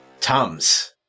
Tums